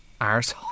arsehole